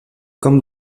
comme